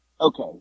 Okay